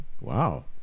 Wow